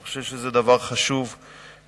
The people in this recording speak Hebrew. אני חושב שזה דבר חשוב שנעשה.